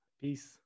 Peace